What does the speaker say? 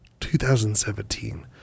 2017